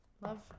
love